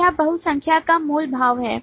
तो यह बहुसंख्या का मूल भाव है